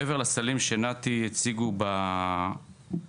מעבר לסלים שנת"י הציגו בבין-עירוני,